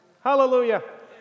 Hallelujah